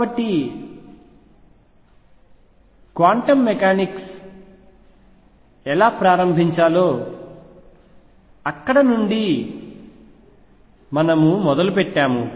కాబట్టి quantum mechanics ఎలా ప్రారంభించాలో అక్కడ నుండి మనము మొదలుపెట్టాము